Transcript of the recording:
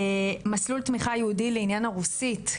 מסלול תמיכה ייעודי לעניין הרוסית,